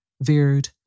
veered